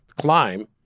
climb